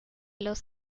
los